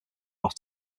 off